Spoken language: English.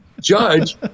judge